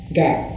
got